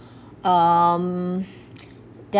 um their